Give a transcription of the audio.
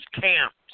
camps